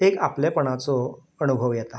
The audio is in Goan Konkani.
एक आपलेपणाचो अणभव येता